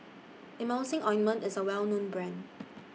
Emulsying Ointment IS A Well known Brand